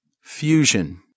Fusion